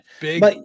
big